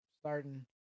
Starting